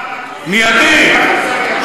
מיידית,